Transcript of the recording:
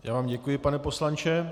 Já vám děkuji, pane poslanče.